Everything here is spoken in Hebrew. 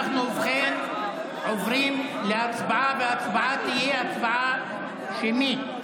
אנחנו עוברים להצבעה שמית.